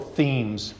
themes